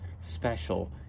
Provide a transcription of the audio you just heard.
special